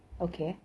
okay